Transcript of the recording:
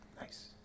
Nice